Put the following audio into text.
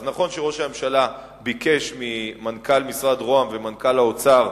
נכון שראש הממשלה ביקש ממנכ"ל משרד ראש הממשלה וממנכ"ל משרד האוצר